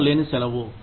జీతము లేని సెలవు